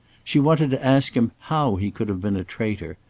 she wanted to ask him how he could have been a traitor,